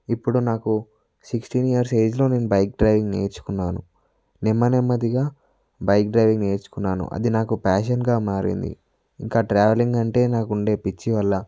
ఇప్పుడు నాకు sixteen years ఏజ్లో నేను బైక్ డ్రైవింగ్ నేర్చుకున్నాను నెమ్మ నెమ్మదిగా బైక్ డ్రైవింగ్ నేర్చుకున్నాను అది నాకు ప్యాషన్గా మారింది ఇంకా ట్రావెలింగ్ అంటే నాకు ఉండే పిచ్చి వల్ల